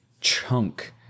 chunk